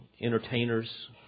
entertainers